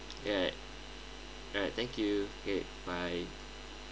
alright alright thank you okay bye